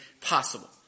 possible